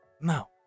no